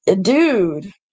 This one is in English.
dude